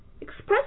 Express